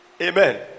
amen